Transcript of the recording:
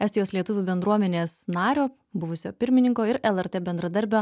estijos lietuvių bendruomenės nario buvusio pirmininko ir lrt bendradarbio